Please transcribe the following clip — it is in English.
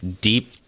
deep